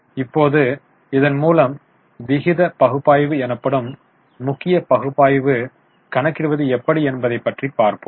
இப்போது இதன் மூலம் விகித பகுப்பாய்வு எனப்படும் முக்கிய பகுப்பாய்வு கணக்கிடுவது எப்படி என்பதை பற்றி பார்ப்போம்